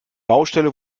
baustelle